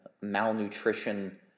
malnutrition